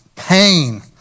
pain